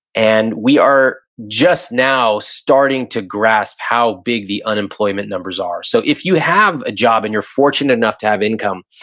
and we are just now starting to grasp how big the unemployment numbers are. so if you have a job and you're fortunate enough to have income,